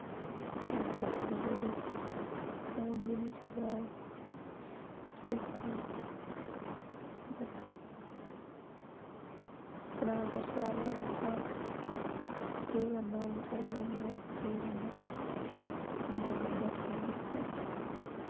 पैसे जोड़ी जोड़ी फोन बी निं चलेआ एह् केह् करना हा किस्मत अपने शा शैल गै लैत्ता हा फोन केह् करना हून चलेआ गै निं ऐ असें केह् करना इन्ना गंदा फोन निकलेआ